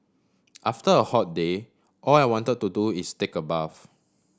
after a hot day all I want to do is take a bath